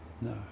No